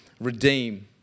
redeem